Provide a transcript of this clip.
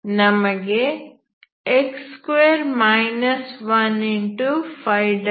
ನಮಗೆ x2 12xx nn1